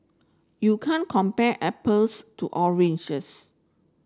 you can't compare apples to oranges